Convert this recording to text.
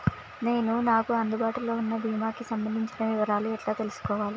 నేను నాకు అందుబాటులో ఉన్న బీమా కి సంబంధించిన వివరాలు ఎలా తెలుసుకోవాలి?